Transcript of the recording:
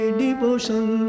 devotion